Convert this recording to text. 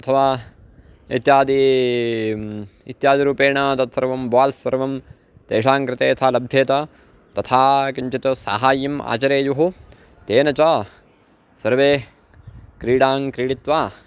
अथवा इत्यादि इत्यादिरूपेण तत्सर्वं बाल्स् सर्वं तेषाङ्कृते यथा लभ्येत तथा किञ्चित् सहायम् आचरेयुः तेन च सर्वे क्रीडां क्रीडित्वा